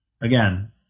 Again